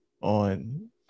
on